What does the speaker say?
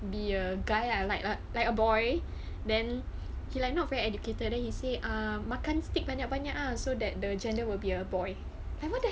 be a guy lah like like like a boy then he like not very educated then he say uh makan steak banyak-banyak ah so that the gender will be a boy like what the hell